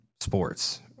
sports